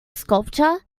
sculpture